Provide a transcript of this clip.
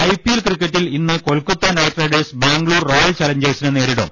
I P L ക്രിക്കറ്റിൽ ഇന്ന് Kolkata Knight Riders Bangalore Royal ചലഞ്ചേഴ്സിനെ നേരിടും